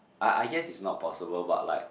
I I guess is not possible but like